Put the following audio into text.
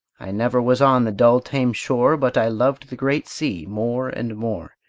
i never was on the dull, tame shore but i loved the great sea more and more,